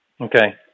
Okay